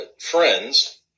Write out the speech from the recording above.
friends